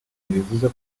ntibivuze